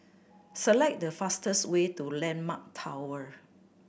select the fastest way to Landmark Tower